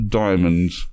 diamonds